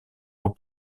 aux